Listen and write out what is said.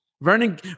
Vernon